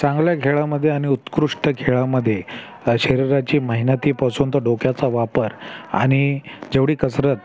चांगल्या खेळामध्ये आणि उत्कृष्ट खेळामध्ये शरीराची मेहनतीपासून तो डोक्याचा वापर आणि जेवढी कसरत